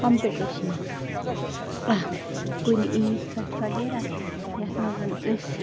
کَمپِٹیشنا اَکھ کُنہِ عیٖد پٮ۪ٹھ وغیرہ یَتھ منٛز أسۍ